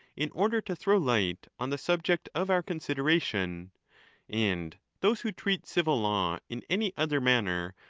in order to throw light on the subject of our consideration and those who treat civil law in any other manner,